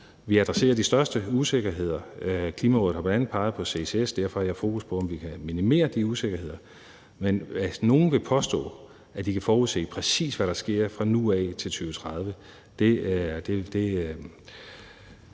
vi adresserer de største usikkerheder. Klimarådet har bl.a. peget på ccs, og derfor har jeg fokus på, om vi kan minimere de usikkerheder. Men at nogle vil påstå, at de kan forudse, præcis hvad der sker fra nu af og til 2030,